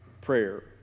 prayer